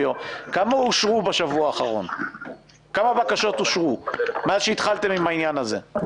כמה אושרו בשבוע האחרון מאז התחלתם בעניין הזה.